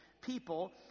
people